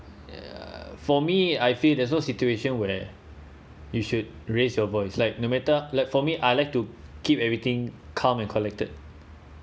uh for me I feel there's no situation where you should raise your voice like no matter like for me I like to keep everything calm and collected